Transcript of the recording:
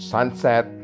Sunset